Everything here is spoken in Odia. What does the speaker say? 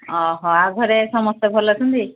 ଅହ ଆଉ ଘରେ ସମସ୍ତେ ଭଲ ଅଛନ୍ତି